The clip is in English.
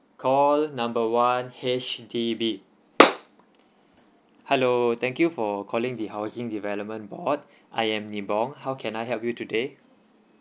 call the number one H_D_B hello thank you for calling the housing development board I am nibong how can I help you today